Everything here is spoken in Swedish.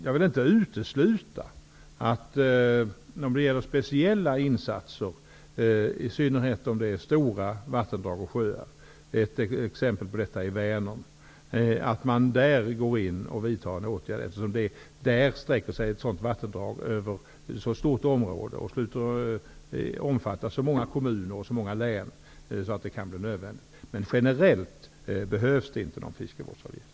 Jag vill inte utesluta att man om det gäller speciella insatser för i synnerhet stora vattendrag och sjöar -- t.ex. Vänern -- kan gå in och vidta åtgärder. Ett sådant vattendrag sträcker sig över ett så stort område, omfattar så många kommuner och så många län att det kan bli nödvändigt med en fiskevårdsavgift. Men generellt behövs det inte någon sådan avgift.